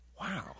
Wow